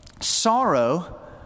sorrow